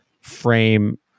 frame